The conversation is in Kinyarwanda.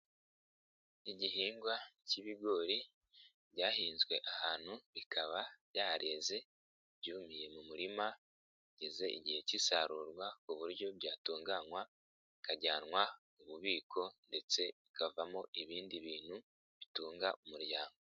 Igihingwa k'ibigori byahinzwe ahantu bikaba byareze byumiye mu murima bigeze igihe k'isarurwa ku buryo byatunganywa bikajyanwa mu bubiko ndetse bikavamo ibindi bintu bitunga umuryango.